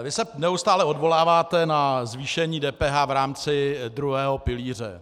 Vy se neustále odvoláváte na zvýšení DPH v rámci druhého pilíře.